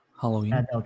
Halloween